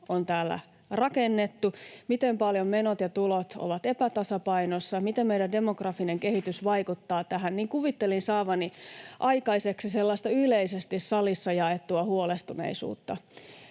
on täällä rakennettu, miten paljon menot ja tulot ovat epätasapainossa, miten meidän demografinen kehitys vaikuttaa tähän, niin kuvittelin saavani aikaiseksi sellaista yleisesti salissa jaettua huolestuneisuutta.